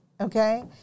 Okay